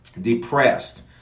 depressed